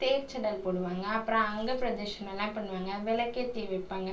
தேர்ச்சடல் போடுவாங்க அப்புறம் அங்கப்பிரதக்ஷனம்லாம் பண்ணுவாங்க விளக்கேத்தி வைப்பாங்க